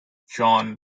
john